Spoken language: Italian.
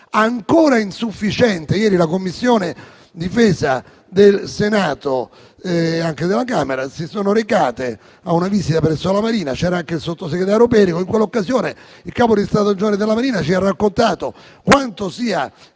ancora insufficiente. Ieri le Commissioni difesa del Senato e della Camera si sono recate a una visita presso la Marina; c'era anche il sottosegretario Perego Di Cremnago*.* In quell'occasione il Capo di stato maggiore della Marina ci ha raccontato quanto sia